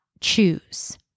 choose